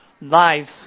lives